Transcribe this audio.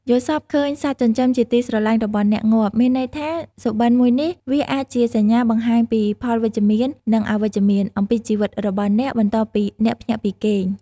យល់សប្តិឃើញសត្វចិញ្ចឹមជាទីស្រលាញ់របស់អ្នកងាប់ មានន័យថា សុបិន្តមួយនេះ វាអាចជាសញ្ញា បង្ហាញពីផលវិជ្ជមាន និងអវិជ្ជមាន អំពីជីវិតរបស់អ្នក បន្ទាប់ពីអ្នកភ្ញាក់ពីគេង។